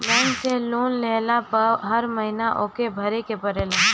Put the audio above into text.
bank से loan लेहला पअ हर महिना ओके भरे के पड़ेला